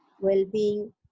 well-being